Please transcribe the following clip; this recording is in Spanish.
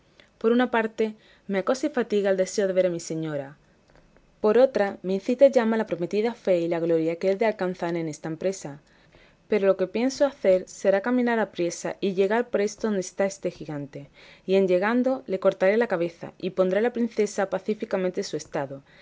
por una parte me acosa y fatiga el deseo de ver a mi señora por otra me incita y llama la prometida fe y la gloria que he de alcanzar en esta empresa pero lo que pienso hacer será caminar apriesa y llegar presto donde está este gigante y en llegando le cortaré la cabeza y pondré a la princesa pacíficamente en su estado